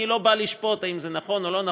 אני לא בא לשפוט האם זה נכון או לא נכון,